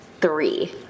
three